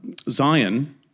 Zion